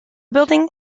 building